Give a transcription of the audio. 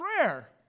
prayer